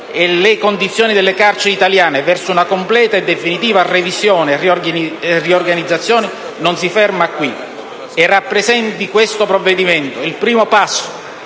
e le condizioni delle carceri italiane verso una completa e definitiva revisione e riorganizzazione non si ferma qui. Che questo provvedimento rappresenti il primo passo